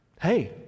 Hey